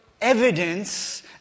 evidence